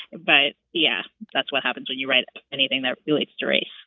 but yeah, that's what happens when you write anything that really strikes,